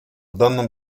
данном